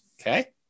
Okay